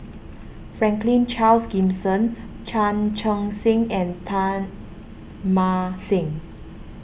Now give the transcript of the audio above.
Franklin Charles Gimson Chan Chun Sing and Teng Mah Seng